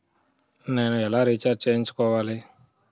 నేను ఎలా రీఛార్జ్ చేయించుకోవాలి?